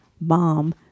Mom